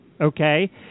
Okay